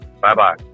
Bye-bye